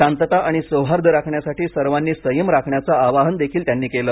शांतता आणि सौहार्द राखण्यासाठी सर्वांनी संयम राखण्याचे आवाहनही त्यांनी केले